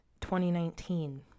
2019